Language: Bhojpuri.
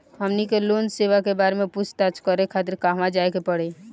हमनी के लोन सेबा के बारे में पूछताछ करे खातिर कहवा जाए के पड़ी?